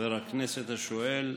חבר הכנסת השואל,